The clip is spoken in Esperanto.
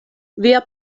via